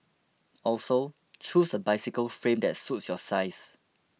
also choose a bicycle frame that suits your size